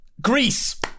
Greece